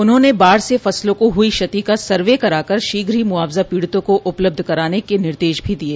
उन्होंने बाढ़ से फसलों को हुई क्षति का सर्वे कराकर शीघ्र ही मुआवजा पीड़ितों को उपलब्ध कराने के निर्देश भी दिये